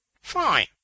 Fine